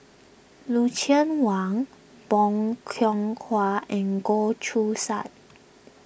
Lucien Wang Bong Hiong Hwa and Goh Choo San